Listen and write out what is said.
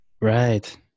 Right